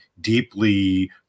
deeply